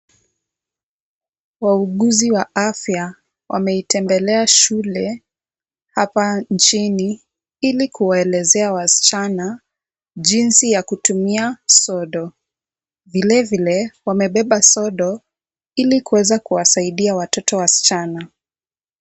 Wauguzi wa afya wameitembelea shule hapa jijini ili kuwaelezea wasichana jinsi ya kutumia sodo. Vile vile wamebeba sodo ili kuweza kuwasaidia watoto wasichana.